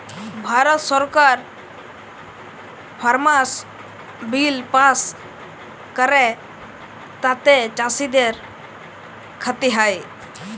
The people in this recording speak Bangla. ভারত সরকার ফার্মার্স বিল পাস্ ক্যরে তাতে চাষীদের খ্তি হ্যয়